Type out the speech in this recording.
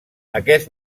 aquest